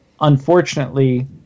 unfortunately